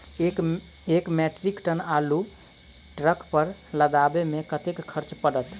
एक metric ton आलु केँ ट्रक पर लदाबै मे कतेक खर्च पड़त?